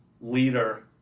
leader